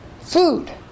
Food